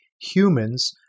humans